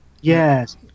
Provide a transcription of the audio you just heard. Yes